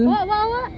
what what what